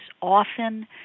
often